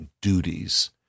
duties